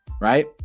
right